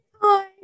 Hi